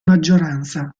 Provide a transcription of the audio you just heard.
maggioranza